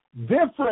different